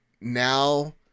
now